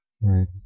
Right